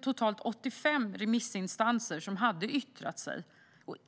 Totalt 85 remissinstanser har yttrat sig.